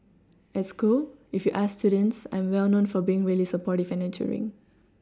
at school if you ask students I'm well known for being really supportive and nurturing